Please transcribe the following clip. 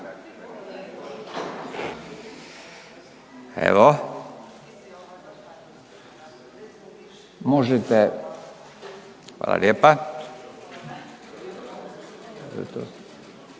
Evo možete. Hvala lijepa.